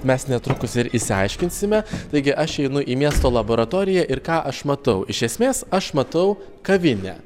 mes netrukus ir išsiaiškinsime taigi aš einu į miesto laboratoriją ir ką aš matau iš esmės aš matau kavinę